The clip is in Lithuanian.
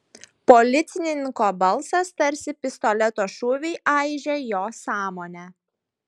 policininko balsas tarsi pistoleto šūviai aižė jo sąmonę